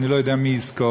אני לא יודע מי יזכור,